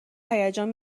هیجان